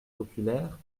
populaires